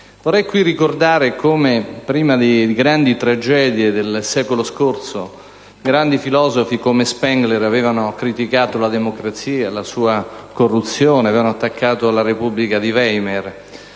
seduta per ricordare come prima di grandi tragedie del secolo scorso grandi filosofi, come Oswald Spengler, avevano criticato la democrazia e la sua corruzione ed attaccato la Repubblica di Weimar.